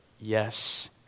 yes